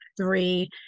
three